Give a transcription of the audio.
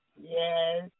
Yes